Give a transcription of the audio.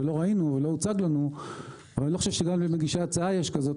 לא ראינו ולא הוצג לנו ואני לא חושב שגם למגישי ההצעה יש כזאת,